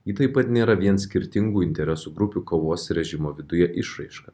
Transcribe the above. ji taip pat nėra vien skirtingų interesų grupių kovos režimo viduje išraiška